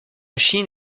chine